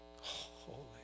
Holy